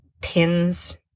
pins